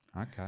Okay